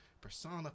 persona